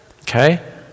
okay